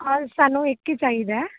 ਸਾਨੂੰ ਇੱਕ ਹੀ ਚਾਹੀਦਾ